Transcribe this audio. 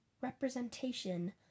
representation